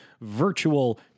virtual